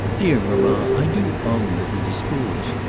dear mamma, i do own that it is foolish.